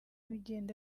bigenda